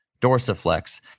dorsiflex